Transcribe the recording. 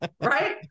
Right